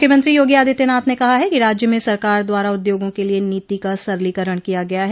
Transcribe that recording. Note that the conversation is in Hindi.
मूख्यमंत्री योगी आदित्यनाथ ने कहा है कि राज्य में सरकार द्वारा उद्योगों के लिये नीति का सरलीकरण किया गया है